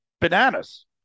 bananas